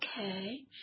Okay